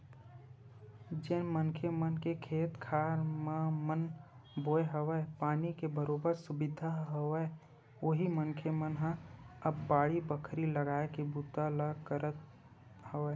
जेन मनखे मन के खेत खार मन म बोर हवय, पानी के बरोबर सुबिधा हवय उही मनखे मन ह अब बाड़ी बखरी लगाए के बूता ल करत हवय